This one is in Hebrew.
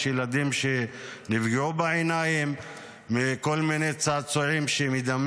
יש ילדים שנפגעו בעיניים מכל מיני צעצועים שמדמים